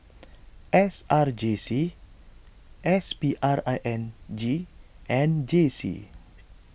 S R J C S P R I N G and J C